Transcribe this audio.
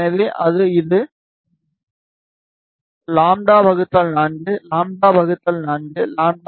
எனவே இது λ 4 λ 4 λ 4